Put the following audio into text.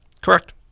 Correct